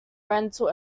rental